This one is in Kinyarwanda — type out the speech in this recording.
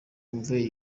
wumve